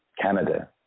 Canada